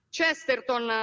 Chesterton